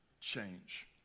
change